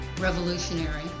revolutionary